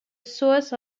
source